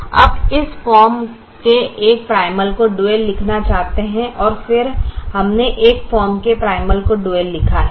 अब हम इस फॉर्म के एक प्राइमल को ड्यूल लिखना जानते हैं और फिर हमने इस फॉर्म के प्राइमल को ड्यूल लिखा है